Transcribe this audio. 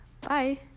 Bye